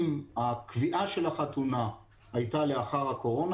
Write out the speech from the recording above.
אם הקביעה של החתונה הייתה לאחר הקורונה,